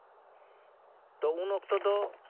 ᱛᱚ ᱩᱱ ᱚᱠᱛᱚ ᱫᱚ